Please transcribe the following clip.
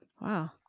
Wow